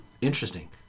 interesting